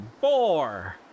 Four